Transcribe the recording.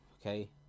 okay